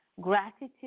Gratitude